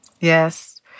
Yes